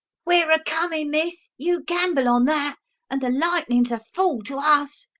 we're a-comin', miss, you gamble on that and the lightnin's a fool to us!